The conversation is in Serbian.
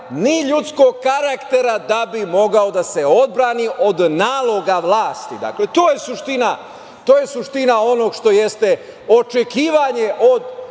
ni ljudskog karaktera da bi mogao da se odbrani od naloga vlasti. Dakle, to je suština onog što jeste očekivanje od